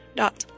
dot